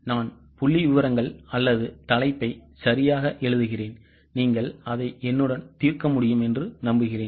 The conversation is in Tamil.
நான் புள்ளிவிவரங்கள் அல்லது தலைப்பை சரியாக எழுதுவேன் நீங்கள் அதை என்னுடன் தீர்க்க முடியும் என்று நம்புகிறேன்